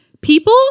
People